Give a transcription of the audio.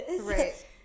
right